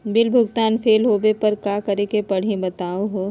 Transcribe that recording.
Bill भुगतान fail होवे पर का करै परही, बताहु हो?